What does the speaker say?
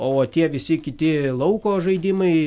o tie visi kiti lauko žaidimai